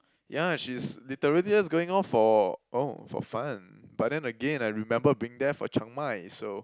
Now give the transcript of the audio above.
ya she's literally just going off for oh for fun but then again I remember being there for Chiang-Mai so